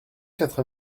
quatre